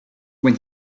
when